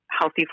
healthy